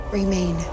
remain